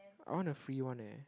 I want the free one leh